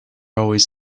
always